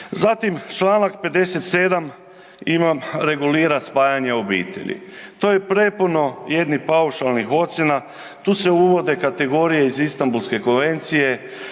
Zatim Članak 57. imam regulira spajanje obitelji, to je prepuno jednih paušalnih ocjena, tu se uvode kategorije iz Istambulske konvencije,